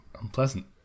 Unpleasant